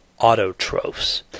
autotrophs